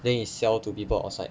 then he sell to people outside